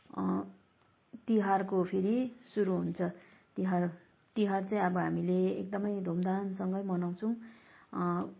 तिहारको फेरि सुरु हुन्छ तिहार तिहार चाहिँ अब हामीले एकदमै धुमधामसँगै मनाउँछौँ